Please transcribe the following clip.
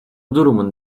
durumun